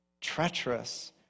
treacherous